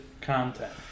content